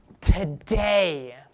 today